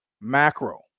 Macro